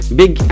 big